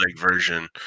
version